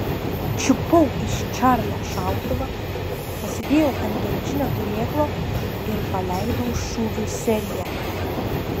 čiupau iš čarlio šautuvą pasidėjau ant geležinio turėklo ir paleidau šūvių seriją